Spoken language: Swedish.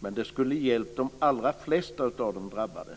men det skulle hjälpt de allra flesta av de drabbade.